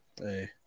Hey